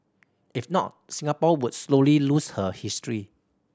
if not Singapore would slowly lose her history